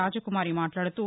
రాజకుమారి మాట్లాడుతూ